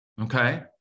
Okay